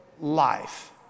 life